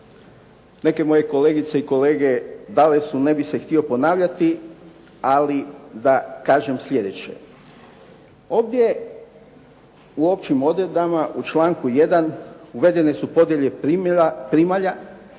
Neke moje kolegice i kolege dale su, ne bih se htio ponavljati, ali da kažem sljedeće. Ovdje u općim odredbama u članku 1. uvedene su podjele primalja.